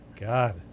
God